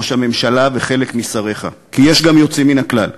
ראש הממשלה וחלק משריך, כי יש גם יוצאים מן הכלל,